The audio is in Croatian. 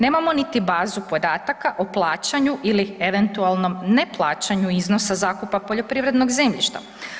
Nemamo niti bazu podataka o plaćanju ili eventualnom neplaćanju iznosa zakupa poljoprivrednog zemljišta.